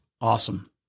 Awesome